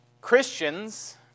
Christians